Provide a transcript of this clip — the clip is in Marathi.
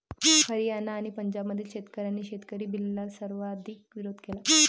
हरियाणा आणि पंजाबमधील शेतकऱ्यांनी शेतकरी बिलला सर्वाधिक विरोध केला